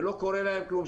ולא קורה כלום,